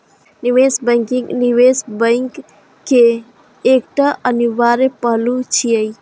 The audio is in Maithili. निवेश बैंकिंग निवेश बैंक केर एकटा अनिवार्य पहलू छियै